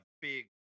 big